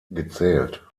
gezählt